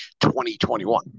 2021